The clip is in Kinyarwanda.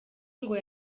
ngo